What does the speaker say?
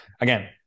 again